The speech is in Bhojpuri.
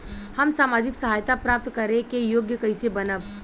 हम सामाजिक सहायता प्राप्त करे के योग्य कइसे बनब?